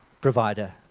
provider